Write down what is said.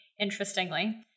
interestingly